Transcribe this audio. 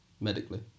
medically